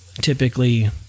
typically